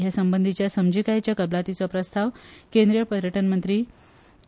ह्या संबंदीच्या समजिकायेच्या कबलातीचो प्रस्ताव केंद्रीय पर्यटन मंत्री के